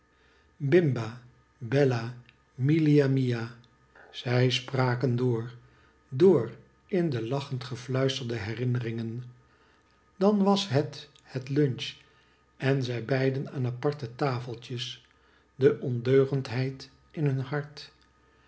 bimba bella milia mia zij spraken door door in de lachend gefluisterde herinneringen dan was het het lunch en zij beiden aan aparte tafeltjes de ondeugendheid in hun hart